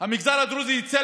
המגזר הדרוזי יצא